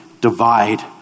divide